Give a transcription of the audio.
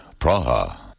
Praha